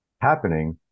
happening